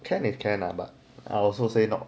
can is can lah but I also say not